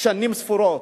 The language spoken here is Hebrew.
שנים ספורות.